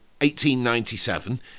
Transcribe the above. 1897